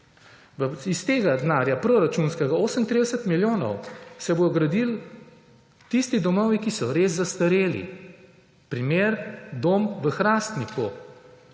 Iz tega denarja, proračunskega, 38 milijonov se bo gradilo tisti domovi, ki so res zastareli. Primer, dom v Hrastniku,